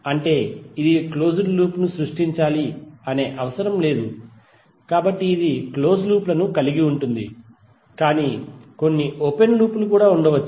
అంటే ఇది close loop ను సృష్టించాలి అనే అవసరం లేదు కాబట్టి ఇది క్లోజ్ లూప్ లను కలిగి ఉంటుంది కాని కొన్ని ఓపెన్ లూప్ లు కూడా ఉండవచ్చు